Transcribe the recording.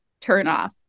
turnoff